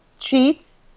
treats